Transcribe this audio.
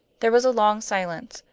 there was a long silence.